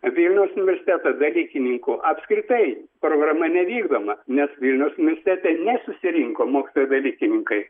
vilniaus universiteto dalykininkų apskritai programa nevykdoma nes vilniaus mieste ten nesusirinko mokytojai dalykininkai